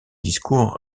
discours